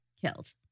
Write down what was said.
killed